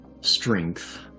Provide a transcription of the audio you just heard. strength